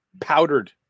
powdered